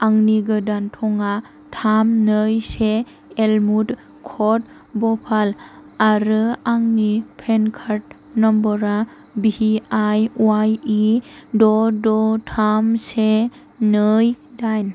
आंनि गोदान थंआ थाम नै से एलमुड क'ड बफाल आरो आंनि पान कार्ड नम्बरा भिआइवायइ द' द' थाम से नै दाइन